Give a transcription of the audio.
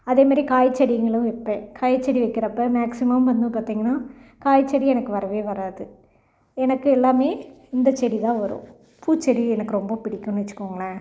அதே மாரி காய் செடிங்களும் வைப்பேன் காய் செடி வைக்கிறப்ப மேக்ஸிமம் வந்து பார்த்திங்கன்னா காய் செடி எனக்கு வரவே வராது எனக்கு எல்லாம் இந்த செடி தான் வரும் பூச்செடி எனக்கு ரொம்ப பிடிக்குதுன்னு வச்சுக்கோங்களேன்